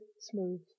smooth